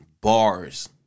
bars